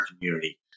community